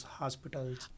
hospitals